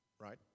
right